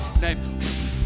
name